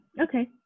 Okay